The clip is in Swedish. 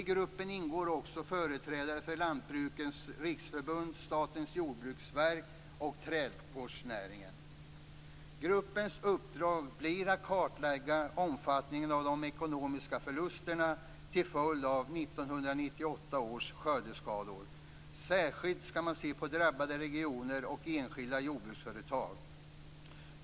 I gruppen ingår också företrädare för Gruppens uppdrag blir att kartlägga omfattningen av de ekonomiska förlusterna till följd av 1998 års skördeskador. Särskilt skall man se på drabbade regioner och enskilda jordbruksföretag.